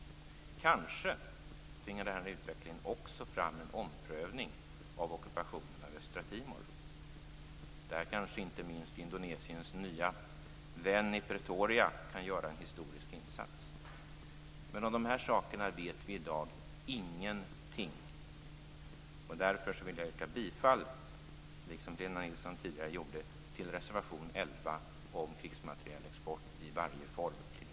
Kanske tvingar utvecklingen också fram en omprövning av ockupationen av Östra Timor. Här kanske inte minst Indonesiens nya vän i Pretoria kan göra en historisk insats. Om dessa saker vet vi i dag ingenting. Därför vill jag - liksom Helena Nilsson tidigare gjorde - yrka bifall till reservation nr 11 om krigsmaterielexport i varje form till Indonesien.